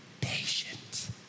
patient